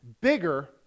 bigger